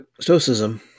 Stoicism